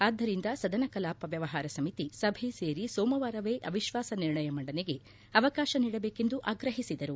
ಆದ್ದರಿಂದ ಸದನ ಕಲಾಪ ವ್ಯವಹಾರ ಸಮಿತಿ ಸಭೆ ಸೇರಿ ಸೋಮವಾರವೇ ಅವಿಶ್ವಾಸ ನಿರ್ಣಯ ಮಂಡನೆಗೆ ಅವಕಾಶ ನೀಡಬೇಕೆಂದು ಆಗ್ರಹಿಸಿದರು